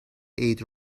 عید